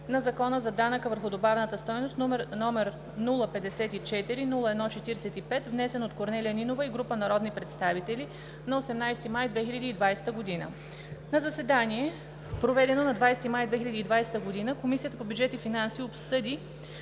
на Закона за данък върху добавената стойност, № 054-01-45, внесен от Корнелия Нинова и група народни представители на 18 май 2020 г. На заседание, проведено на 20 май 2020 г., Комисията по бюджет и финанси обсъди